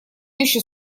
еще